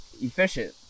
efficient